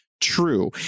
true